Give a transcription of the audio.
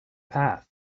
path